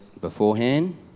beforehand